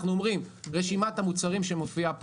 אנחנו אומרים רשימת המוצרים שמופיעה כאן,